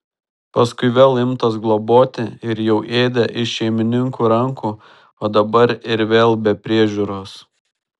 paskui vėl imtas globoti ir jau ėdė iš šeimininkų rankų o dabar ir vėl be priežiūros